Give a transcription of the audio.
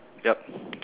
yup